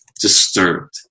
disturbed